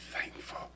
thankful